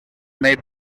may